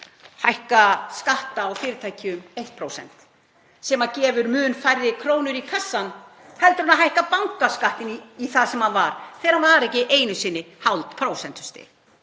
hækka skatta á fyrirtæki um 1%, sem gefur mun færri krónur í kassann heldur en að hækka bankaskattinn í það sem hann var þegar hann var ekki einu sinni hálft prósentustig.